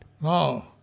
No